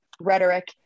Rhetoric